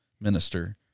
minister